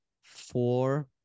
four